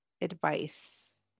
advice